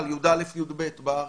י"א-י"ב בארץ,